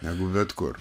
negu bet kur